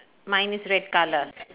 mine is red colour